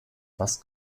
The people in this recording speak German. was